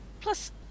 Plus